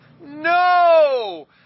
no